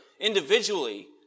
individually